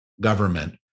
government